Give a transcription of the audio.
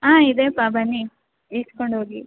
ಹಾಂ ಇದೆಪ್ಪಾ ಬನ್ನಿ ಈಸ್ಕೊಂಡು ಹೋಗಿ